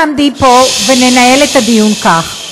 וננהל את הדיון כך.